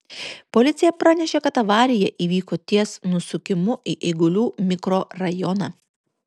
policija pranešė kad avarija įvyko ties nusukimu į eigulių mikrorajoną